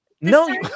No